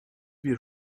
wir